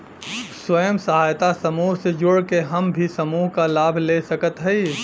स्वयं सहायता समूह से जुड़ के हम भी समूह क लाभ ले सकत हई?